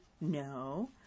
No